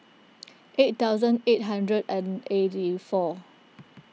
eight thousand eight hundred and eighty four